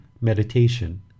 meditation